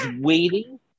waiting